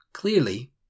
clearly